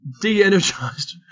de-energized